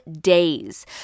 days